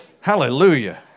Hallelujah